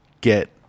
get